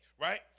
right